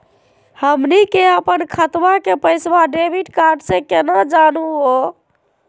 हमनी के अपन खतवा के पैसवा डेबिट कार्ड से केना जानहु हो?